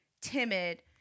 timid